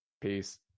peace